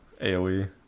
Aoe